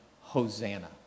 Hosanna